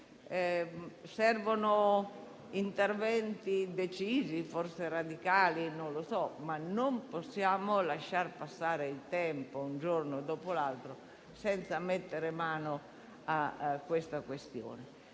Servono interventi decisi, forse radicali, ma non possiamo lasciar passare il tempo, un giorno dopo l'altro, senza mettere mano alla questione.